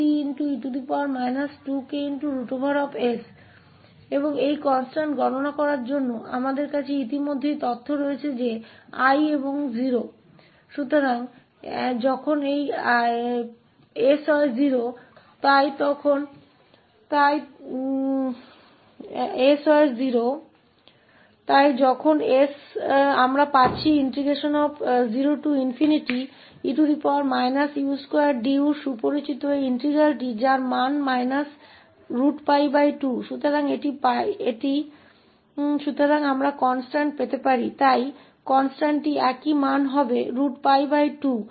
और इस स्थिरांक की गणना करने के लिए हमारे पास पहले से ही जानकारी है कि 𝐼 0 पर है इसलिए जब यह s 0 है तो यह𝐼 𝑐 है इसलिए जब 𝑠 0 है तो हम 0e u2du को इस अभिन्न के रूप में जाना जाता है जिसका मान 𝜋 2 तो इसके साथ हम अपना स्थिरांक प्राप्त कर सकते हैं इसलिए स्थिरांक केवल वही मान 𝜋2 होगा